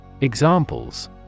Examples